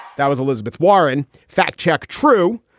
that was elizabeth warren. fact check. true.